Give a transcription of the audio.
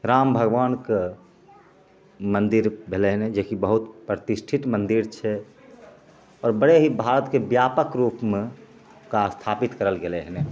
राम भगवानके मंदिर भेलै हन जे कि बहुत प्रतिष्ठित मंदिर छै आओर बड़े ही भारतके ब्यापक रूपमे हुनका स्थापित करल गेलै हन